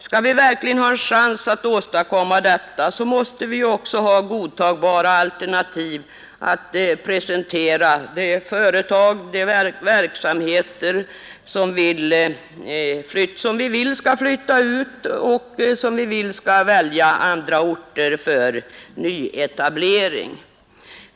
Skall vi verkligen ha en chans att åstadkomma detta, måste vi också ha godtagbara alternativ att presentera de företag och verksamheter som vi vill skall flytta ut och som vi vill skall välja andra orter för nyetablering.